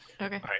Okay